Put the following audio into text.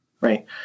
Right